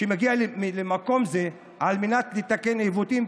שהגיע למקום זה על מנת לתקן עיוותים,